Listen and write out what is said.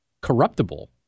corruptible